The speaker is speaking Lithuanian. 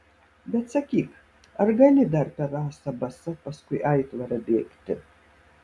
bet sakyk ar gali dar per rasą basa paskui aitvarą bėgti